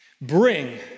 Bring